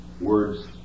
words